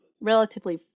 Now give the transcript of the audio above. relatively